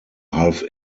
half